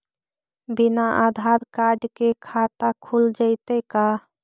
बिना आधार कार्ड के खाता खुल जइतै का?